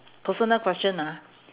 personal question ah